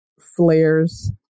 flares